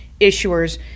issuers